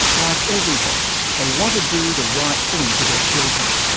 like everybody, they want to do the right thing for their children.